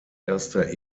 erster